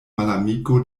malamiko